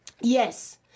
Yes